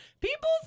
people